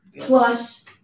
plus